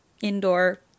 indoor